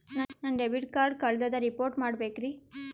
ನನ್ನ debit card ಕಳ್ದದ report ಮಾಡಬೇಕ್ರಿ